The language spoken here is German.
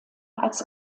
als